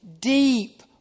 deep